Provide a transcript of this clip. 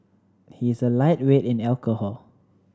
he is a lightweight in alcohol